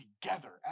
together